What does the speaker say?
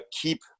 keep